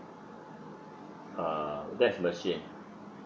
uh that's machine